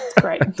Great